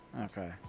Okay